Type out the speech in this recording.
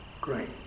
Great